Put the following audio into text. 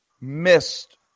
missed